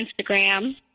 Instagram